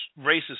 racist